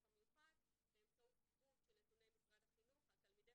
המיוחד באמצעות עיבוד של נתוני משרד החינוך על תלמידי